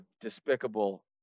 despicable